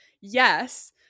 yes